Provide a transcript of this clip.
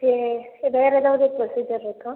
okay sir வேறு ஏதாவது procedure இருக்கா